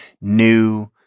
new